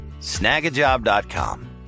snagajob.com